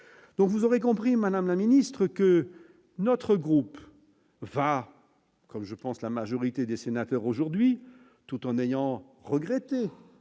donc vous aurez compris, madame la ministre, que notre groupe va, comme je pense la majorité des sénateurs aujourd'hui tout en ayant, regrette